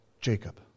Jacob